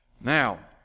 Now